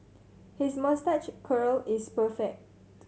his moustache curl is perfect